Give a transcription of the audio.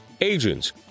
agents